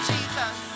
Jesus